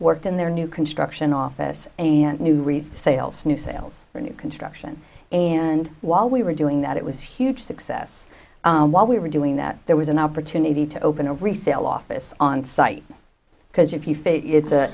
worked in their new construction office in new read sales new sales or new construction and while we were doing that it was huge success while we were doing that there was an opportunity to open a resale office on site because if you